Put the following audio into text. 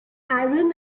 aaron